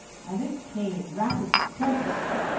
and it came, rapidly, plenteously.